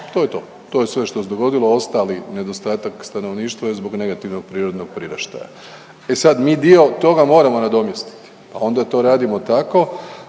to je to, to je sve što se dogodilo, a ostali nedostatak stanovništva je zbog negativnog prirodnog priraštaja. E sad, mi dio toga moramo nadomjestiti, pa onda to radimo tako